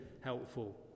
helpful